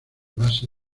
base